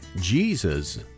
Jesus